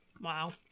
wow